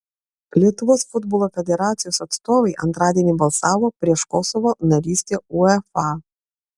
lietuvos futbolo federacijos atstovai antradienį balsavo prieš kosovo narystę uefa